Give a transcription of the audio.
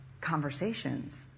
conversations